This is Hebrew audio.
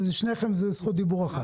לשניכם זאת זכות דיבור אחת,